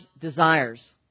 desires